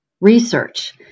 research